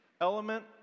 element